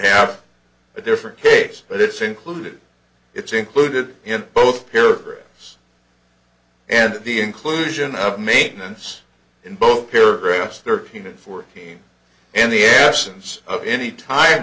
have a different case but it's included it's included in both paragraphs and the inclusion of maintenance in both paragraphs thirteen and fourteen and the essence of any time